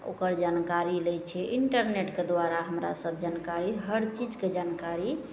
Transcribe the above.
ओकर जानकारी लै छी इन्टरनेटके द्वारा हमरासभ जानकारी हर चीजके जानकारी